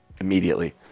immediately